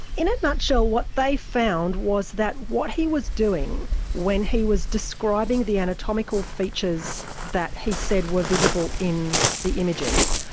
in a nutshell, what they found was that what he was doing when he was describing the anatomical features that he said were visible in the images,